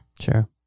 Sure